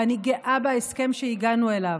ואני גאה בהסכם שהגענו אליו.